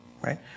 right